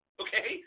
okay